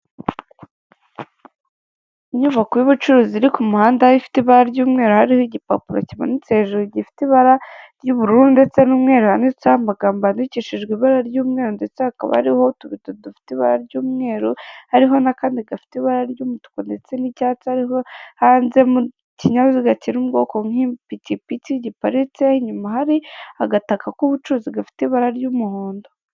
Abagore b'abirabura bishimye cyane bazamuye ikiganza cyabo cy'iburyo ndetse imbere yabo hasutamye umugore wumuzungu ufite akanu mu ijosi aba bagore imbere yabo hari ibicuba byagenewe gushyirwamo amata.